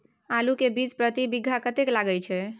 आलू के बीज प्रति बीघा कतेक लागय छै?